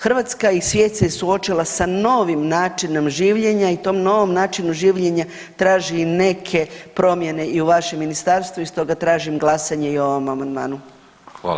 Hrvatska i svijet se suočila sa novim načinom življenja i tom novom načinu življenja traži i neke promjene i u vašem ministarstvu i stoga tražim glasanje i o ovom amandmanu.